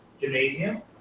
Gymnasium